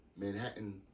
Manhattan